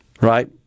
right